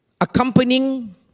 Accompanying